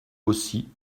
aussi